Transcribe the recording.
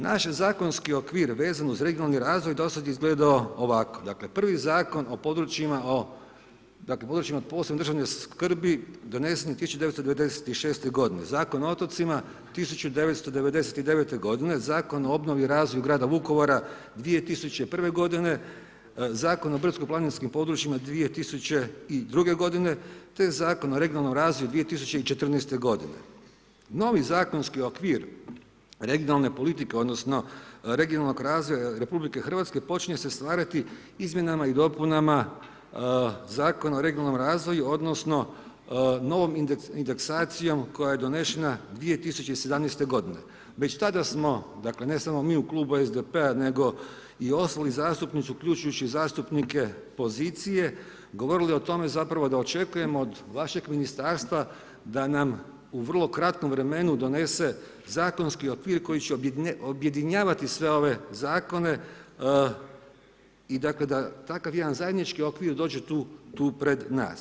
Naši zakonski okvir vezan uz regionalni razvoj do sad je izgledao ovako, dakle prvi zakon o područjima, dakle o područjima od posebne državne skrbi donesen je 1996. g., Zakon o otocima 1999. g., Zakon o obnovi i razvoju grada Vukovara 2001. g., Zakon o brdsko-planinskim područjima 2002. g. te Zakon o regionalnom razvoju 2014. g. Novi zakonski okvir regionalne politike odnosno regionalnog razvoja RH, počinje se stvarati izmjenama i dopunama Zakon o regionalnom razvoju odnosno novom indeksacijom koja je donesena 2017. g. Već tada smo, dakle ne samo mi u klubu SDP-a nego i ostali zastupnici uključujući i zastupnike pozicije, govorili o tome zapravo da očekujemo od vašeg ministarstva da nam u vrlo kratkom vremenu donese zakonski okvir koji će objedinjavati sve ove zakone i dakle da takav jedan zajednički okvir dođe tu pred nas.